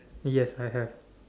yes I have